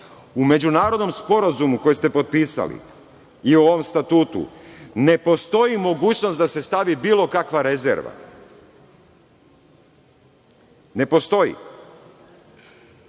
U međunarodnom sporazumu koji ste potpisali i u ovom statutu ne postoji mogućnost da se stavi bilo kakva rezerva, ne postoji.